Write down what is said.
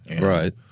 Right